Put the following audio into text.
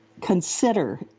Consider